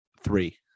three